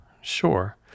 sure